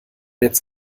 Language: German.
jetzt